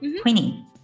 Queenie